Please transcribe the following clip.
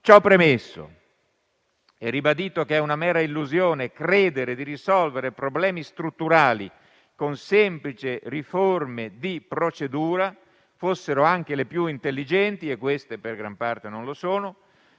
Ciò premesso e ribadito che è una mera illusione credere di risolvere problemi strutturali con semplici riforme di procedura, fossero anche le più intelligenti (e queste per gran parte non lo sono),